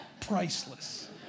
priceless